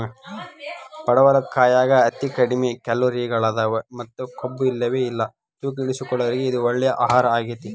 ಪಡವಲಕಾಯಾಗ ಅತಿ ಕಡಿಮಿ ಕ್ಯಾಲೋರಿಗಳದಾವ ಮತ್ತ ಕೊಬ್ಬುಇಲ್ಲವೇ ಇಲ್ಲ ತೂಕ ಇಳಿಸಿಕೊಳ್ಳೋರಿಗೆ ಇದು ಒಳ್ಳೆ ಆಹಾರಗೇತಿ